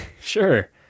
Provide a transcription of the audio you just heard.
Sure